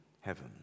heaven